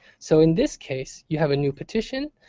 so in this case, you have a new petition.